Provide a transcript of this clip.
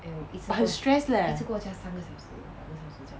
but 很 stress leh